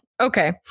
okay